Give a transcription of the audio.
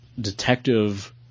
detective